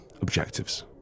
objectives